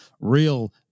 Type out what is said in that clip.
real